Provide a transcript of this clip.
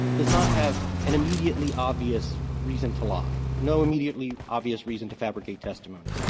does not have an immediately obvious reason to lie, no immediately obvious reason to fabricate testimony.